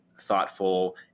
thoughtful